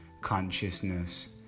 consciousness